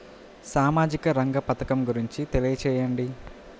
సామాజిక రంగ పథకం గురించి తెలియచేయండి?